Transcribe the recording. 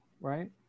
right